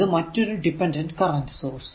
ഇത് മറ്റൊരു dependent current source